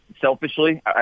selfishly